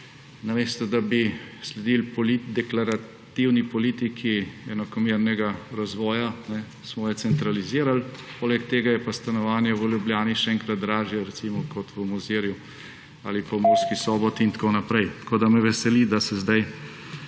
Namesto da bi sledili deklarativni politiki enakomernega razvoja, smo jo centralizirali. Poleg tega je pa stanovanje v Ljubljani še enkrat dražje recimo kot v Mozirju ali pa v Murski Soboti in tako naprej. Tako da me veseli, da se zdaj